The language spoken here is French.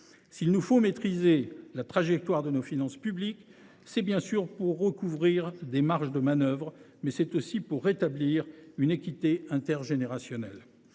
S’il nous faut maîtriser la trajectoire de nos finances publiques, c’est pour recouvrer des marges de manœuvre, mais aussi pour rétablir une équité intergénérationnelle.